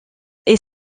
est